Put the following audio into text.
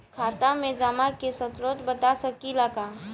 खाता में जमा के स्रोत बता सकी ला का?